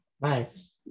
Nice